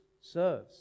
serves